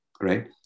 right